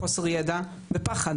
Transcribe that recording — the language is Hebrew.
חוסר ידע ופחד,